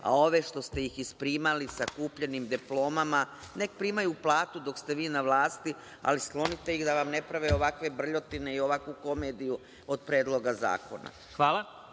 a ove što ste ih isprimali sa kupljenim diplomama neka primaju platu dok ste vi na vlasti, ali sklonite ih da ne prave ovakve brljotine i ovakvu komediju od Predloga zakona.